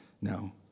no